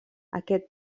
aquest